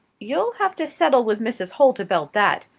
you'll have to settle with mrs. holt about that,